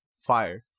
fire